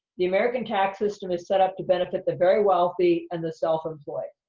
the american tax system is set up to benefit the very wealthy and the self-employed.